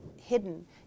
hidden